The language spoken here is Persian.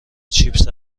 چیپس